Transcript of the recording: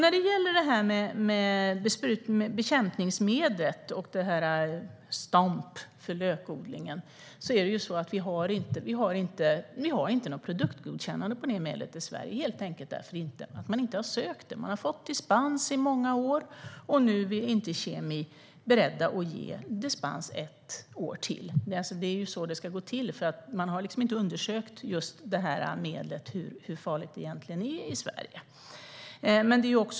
När det gäller bekämpningsmedlet Stomp och lökodlingen har det medlet inte något produktgodkännande i Sverige. Det beror helt enkelt på att det inte har ansökts om det. Det har haft dispens i många år. Nu är KemI inte beredda att ge dispens ett år till. Det är så det ska gå till. Man har inte undersökt i Sverige hur farligt det här medlet egentligen är.